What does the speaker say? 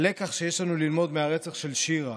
הלקח שיש לנו ללמוד מהרצח של שירה